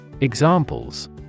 Examples